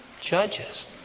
Judges